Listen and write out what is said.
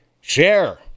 share